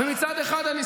ומכריז על זה מעל כל במה,